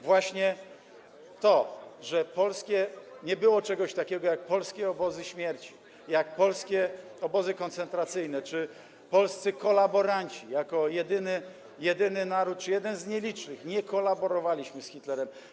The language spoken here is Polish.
Właśnie to, że nie było czegoś takiego jak polskie obozy śmierci, jak polskie obozy koncentracyjne czy polscy kolaboranci - jako jedyny naród, czy jeden z nielicznych, nie kolaborowaliśmy z Hitlerem.